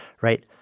right